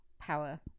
power